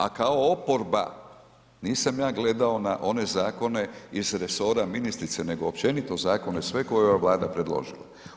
A kao oporba nisam ja gledao na one zakone iz resora ministrice nego općenito zakone sve koje je ova Vlada predložila.